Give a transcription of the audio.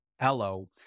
Hello